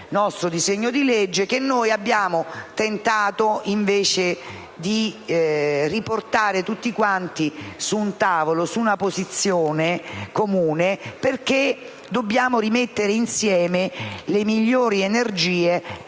del nostro disegno di legge - noi abbiamo cercato di evitare riportando tutti quanti a un tavolo, su una posizione comune, perché dobbiamo rimettere insieme le migliori energie per migliorare